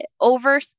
over